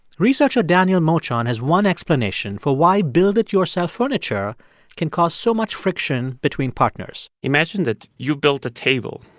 researcher daniel mochon has one explanation for why build-it-yourself furniture can cause so much friction between partners imagine that you built a table.